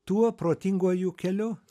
tuo protinguoju keliu